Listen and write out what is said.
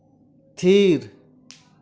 ᱛᱷᱤᱨ